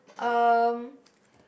um